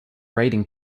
raiding